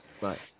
right